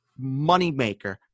moneymaker